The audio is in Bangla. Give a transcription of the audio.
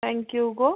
thank you go